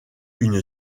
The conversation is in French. une